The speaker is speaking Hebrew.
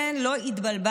כן, כן, לא התבלבלתי.